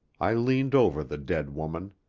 i leaned over the dead woman.